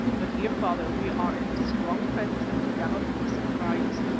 but here, father, we are in a strong fence and cannot be surprised.